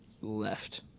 left